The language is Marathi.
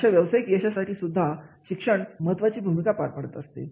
अशा व्यावसायिक यशासाठी सुद्धा शिक्षण महत्त्वाची भूमिका पार पाडत असते